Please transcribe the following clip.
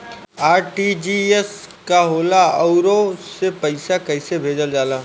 RTGS का होला आउरओ से पईसा कइसे भेजल जला?